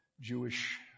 Jewish